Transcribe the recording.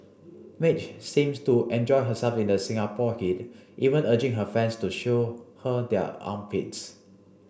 Madge seems to enjoy herself in the Singapore heat even urging her fans to show her their armpits